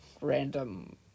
random